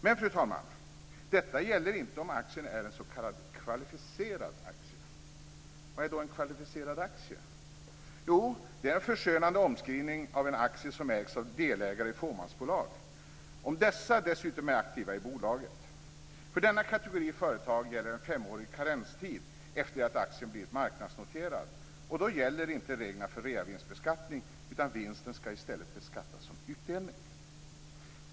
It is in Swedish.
Men, fru talman, detta gäller inte om aktien är en s.k. kvalificerad aktie. Vad är då en kvalificerad aktie? Jo, det är en förskönande omskrivning av en aktie som ägs av delägare i fåmansbolag om dessa dessutom är aktiva i bolaget. För denna kategori företag gäller en femårig karenstid efter det att aktien blivit marknadsnoterad, och då gäller inte reglerna för reavinstbeskattning, utan vinsten ska i stället beskattas som utdelning.